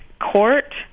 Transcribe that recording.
court